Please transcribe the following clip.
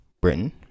britain